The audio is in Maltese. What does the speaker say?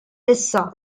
issa